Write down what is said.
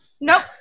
Nope